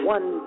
One